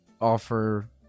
offer